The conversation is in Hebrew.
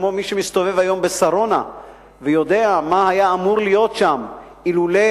כמו מי שמסתובב היום בשרונה ויודע מה היה אמור להיות שם אילולא